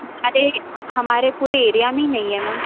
हमारे हमारे पूरे एरिया में ही नहीं है मैम